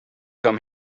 come